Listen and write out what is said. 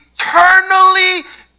eternally